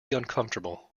uncomfortable